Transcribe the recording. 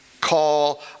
call